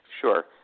Sure